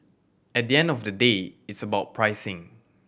at the end of the day it's about pricing